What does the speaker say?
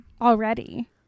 already